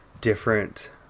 different